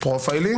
(פרופיילינג),